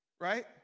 Right